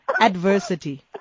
Adversity